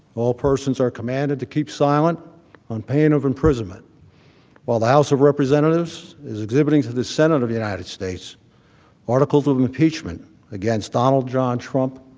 all persons are commanded to keep silent on pain of imprisonment while the house of representatives is exhibiting to the senate of the united states articles of impeachment against donald john trump,